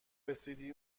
رسیدی